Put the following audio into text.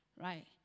right